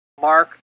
Mark